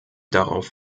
darauf